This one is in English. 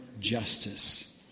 justice